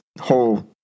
whole